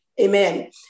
Amen